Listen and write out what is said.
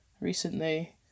recently